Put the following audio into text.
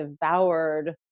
devoured